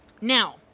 Now